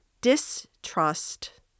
distrust